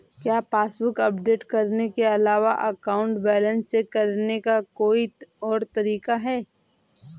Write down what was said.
क्या passbook update करने के अलावा अकाउंट बैलेंस चेक करने का कोई और तरीका है?